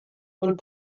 und